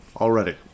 already